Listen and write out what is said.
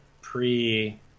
pre